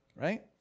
right